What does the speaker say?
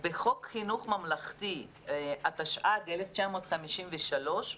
חוק חינוך ממלכתי תשי"ג 1953,